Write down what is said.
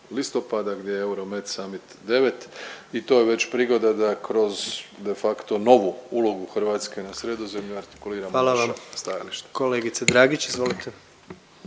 listopada gdje je Euromed Summit 9 i to je već prigoda da kroz de facto novu ulogu Hrvatske na Sredozemlju artikuliramo naša stajališta. **Jandroković, Gordan